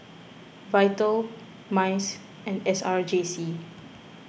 Vital Mice and S R J C